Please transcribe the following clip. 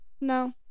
no